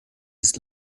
des